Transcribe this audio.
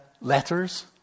letters